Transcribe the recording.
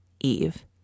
Eve